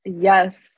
yes